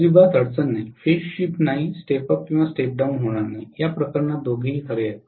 अजिबात अडचण नाही फेज शिफ्ट नाही स्टेप अप किंवा स्टेप डाउन होणार नाही या प्रकरणात दोघेही खरे आहेत